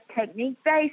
technique-based